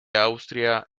austria